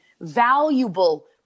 valuable